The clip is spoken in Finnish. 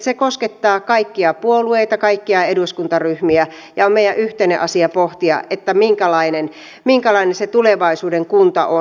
se koskettaa kaikkia puolueita kaikkia eduskuntaryhmiä ja on meidän yhteinen asia pohtia minkälainen se tulevaisuuden kunta on